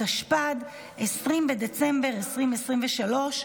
התשפ"ד 2023,